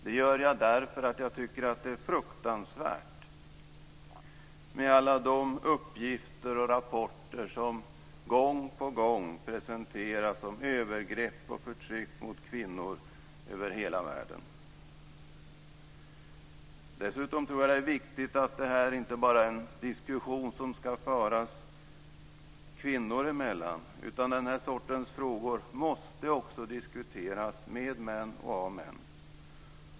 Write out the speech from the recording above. Det gör jag därför att jag tycker att det är fruktansvärt med alla de uppgifter och rapporter som gång på gång presenteras om övergrepp och förtryck mot kvinnor över hela världen. Dessutom tror jag att det är viktigt att den här diskussionen inte bara förs kvinnor emellan. Den här sortens frågor måste också diskuteras med män och av män.